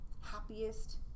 happiest